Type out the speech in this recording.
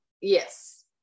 Yes